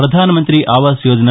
Pradhanmantri Awas Yojana